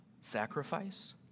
Sacrifice